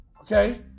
Okay